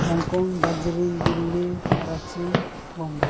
ᱦᱚᱝ ᱠᱚᱝ ᱫᱟᱨᱡᱤᱞᱤᱝ ᱫᱤᱞᱞᱤ ᱨᱟᱺᱪᱤ ᱢᱩᱢᱵᱟᱭ